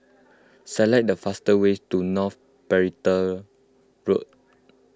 select the fastest way to North Perimeter Road